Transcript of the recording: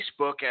Facebook